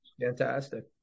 fantastic